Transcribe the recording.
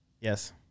yes